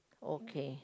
okay